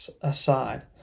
aside